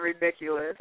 ridiculous